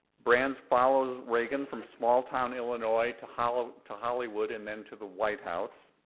but and followed reagan from small town illinois to hollywood to hollywood and into the white house.